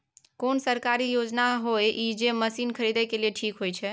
कोन सरकारी योजना होय इ जे मसीन खरीदे के लिए ठीक होय छै?